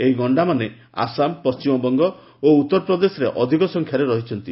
ଏହି ଗଣ୍ଡାମାନେ ଆସାମ ପଶ୍ଚିମବଙ୍ଗ ଓ ଉଉରପ୍ରଦେଶରେ ଅଧିକ ସଂଖ୍ୟାରେ ରହିଛନ୍ତି